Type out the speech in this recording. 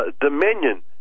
dominion